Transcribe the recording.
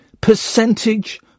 percentage